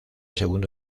segundo